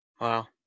Wow